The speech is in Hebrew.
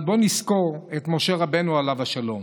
אבל בואו נזכור את משה רבנו עליו השלום,